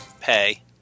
pay